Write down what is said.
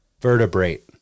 Vertebrate